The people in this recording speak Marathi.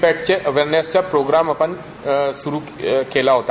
पॅटचा अवरनेसचा प्रोग्राम आपण सुरू केला होता